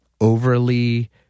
overly